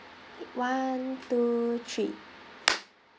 one two three